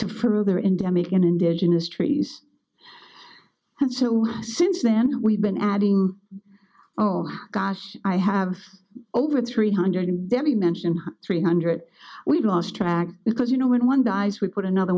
wo further endemic in indigenous trees and so since then we've been adding oh gosh i have over three hundred and debbie mentioned three hundred we've lost track because you know when one dies we put another